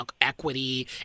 equity